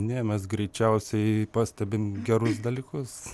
ne mes greičiausiai pastebim gerus dalykus